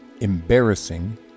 embarrassing